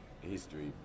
history